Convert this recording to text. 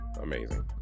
amazing